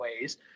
ways